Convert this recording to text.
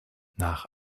nach